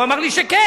והוא אמר לי שכן.